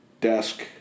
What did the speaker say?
desk